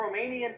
Romanian